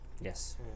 Yes